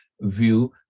view